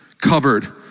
covered